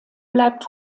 bleibt